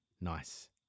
nice